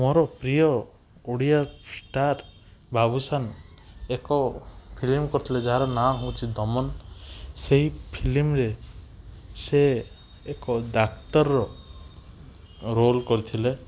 ମୋରପ୍ରିୟ Odia star Babushan ଏକ film କରିଥିଲେ ଯାହାର ନାଁ ହଉଛି ଦମନ ସେହି ଫିଲ୍ମରେ ସେ ଏକ ଡ଼ାକ୍ତର ରୋଲ କରିଥିଲେ